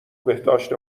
بهداشت